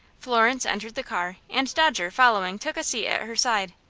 florence entered the car, and dodger, following, took a seat at her side.